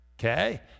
Okay